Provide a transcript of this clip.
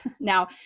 Now